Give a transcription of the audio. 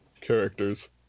characters